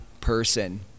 person